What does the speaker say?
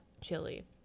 chili